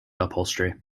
upholstery